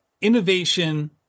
innovation